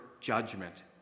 judgment